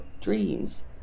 dreams